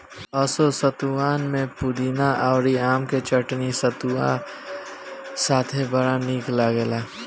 असो सतुआन में पुदीना अउरी आम के चटनी सतुआ साथे बड़ा निक लागल